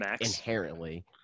inherently